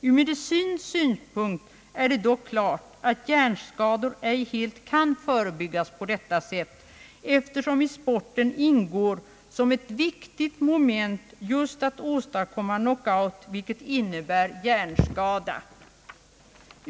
Ur medicinsk synpunkt är det dock klart att hjärnskador ej helt kan förebyggas på detta sätt, eftersom i sporten ingår som ett viktigt moment just att åstadkomma knock-out, vilket innebär hjärnskada.